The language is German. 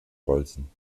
bolzen